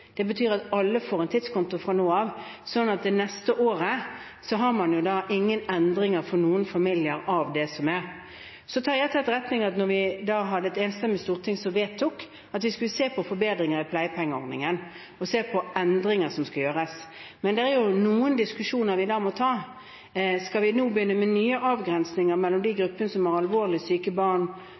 Det betyr at alle får en tidskonto fra nå av, sånn at det neste året er det ingen endring i det som er, for noen familier. Jeg tar til etterretning at det var et enstemmig storting som vedtok at vi skulle se på forbedringer i pleiepengeordningen og se på endringer som skulle gjøres, men det er noen diskusjoner vi da må ta. Skal vi nå begynne med nye avgrensninger mellom gruppene – de som har alvorlig syke barn